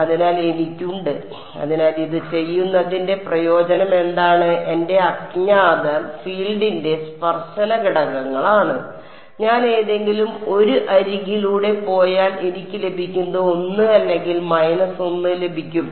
അതിനാൽ എനിക്കുണ്ട് അതിനാൽ ഇത് ചെയ്യുന്നതിന്റെ പ്രയോജനം എന്താണ് എന്റെ അജ്ഞാതർ ഫീൽഡിന്റെ സ്പർശന ഘടകങ്ങളാണ് ഞാൻ ഏതെങ്കിലും 1 അരികിലൂടെ പോയാൽ എനിക്ക് ലഭിക്കുന്നത് 1 അല്ലെങ്കിൽ മൈനസ് 1 ലഭിക്കും